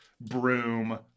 broom